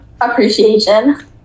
appreciation